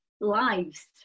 lives